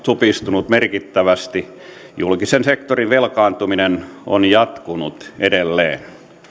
supistunut merkittävästi julkisen sektorin velkaantuminen on jatkunut edelleen